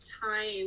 time